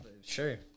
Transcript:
Sure